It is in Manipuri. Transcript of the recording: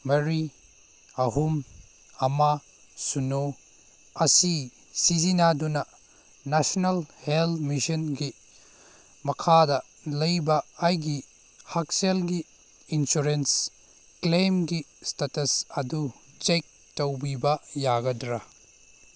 ꯃꯔꯤ ꯑꯍꯨꯝ ꯑꯃ ꯁꯤꯅꯣ ꯑꯁꯤ ꯁꯤꯖꯤꯟꯅꯗꯨꯅ ꯅꯁꯅꯦꯜ ꯍꯦꯜ ꯃꯤꯁꯟꯒꯤ ꯃꯈꯥꯗ ꯂꯩꯕ ꯑꯩꯒꯤ ꯍꯛꯁꯦꯜꯒꯤ ꯏꯟꯁꯨꯔꯦꯟꯁ ꯀ꯭ꯂꯦꯝꯒꯤ ꯏꯁꯇꯦꯇꯁ ꯑꯗꯨ ꯆꯦꯛ ꯇꯧꯕ ꯃꯔꯤ ꯑꯍꯨꯝ ꯑꯃ ꯁꯤꯅꯣ ꯑꯁꯤ ꯁꯤꯖꯤꯟꯅꯗꯨꯅ ꯅꯦꯁꯅꯦꯜ ꯍꯦꯜ ꯃꯤꯁꯟꯒꯤ ꯃꯈꯥꯗ ꯂꯩꯕ ꯑꯩꯒꯤ ꯍꯛꯁꯦꯜꯒꯤ ꯏꯟꯁꯨꯔꯦꯟꯁ ꯀ꯭ꯂꯦꯝꯒꯤ ꯏꯁꯇꯦꯇꯁ ꯑꯗꯨ ꯆꯦꯛ ꯇꯧꯕꯤꯕ ꯌꯥꯒꯗ꯭ꯔ